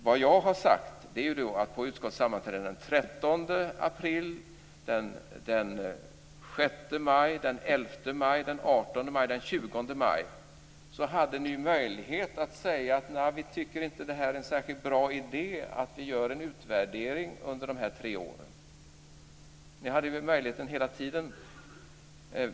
Vad jag har sagt är att ni på utskottssammanträdena den 13 april, den 6 maj, den 11 maj, den 18 maj och den 20 maj hade möjlighet att säga: Vi tycker inte att det är en särskilt bra idé att vi gör en utvärdering under dessa tre år. Ni hade möjligheten hela tiden.